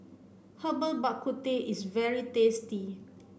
Herbal Bak Ku Teh is very tasty